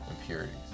Impurities